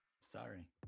sorry